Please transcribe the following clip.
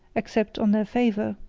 except on their favor,